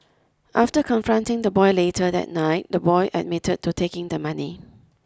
after confronting the boy later that night the boy admitted to taking the money